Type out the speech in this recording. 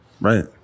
right